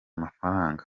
mafaranga